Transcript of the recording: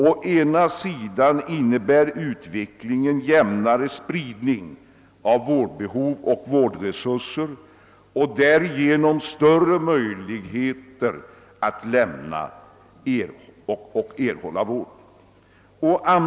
Å ena sidan innebär utvecklingen jämnare spridning av vårdbehov och vårdresurser och därigenom större möjligheter att lämna och erhålla vård.